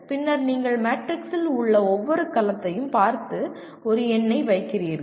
பின்னர் நீங்கள் மேட்ரிக்ஸில் உள்ள ஒவ்வொரு கலத்தையும் பார்த்து ஒரு எண்ணை வைக்கிறீர்கள்